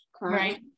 Right